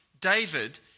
David